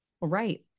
right